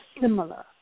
similar